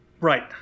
Right